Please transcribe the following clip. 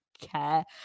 care